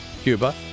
Cuba